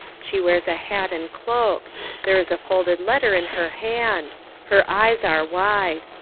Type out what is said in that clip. she wears a hat and cloak there is a folded letter in her hand her eyes are wide.